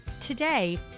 Today